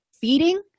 feeding